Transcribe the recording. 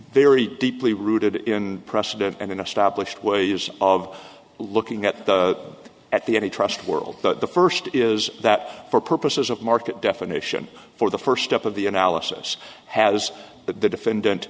very deeply rooted in precedent and in established ways of looking at the at the any trust world the first is that for purposes of market definition for the first step of the analysis has that the defendant